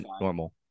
normal